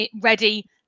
ready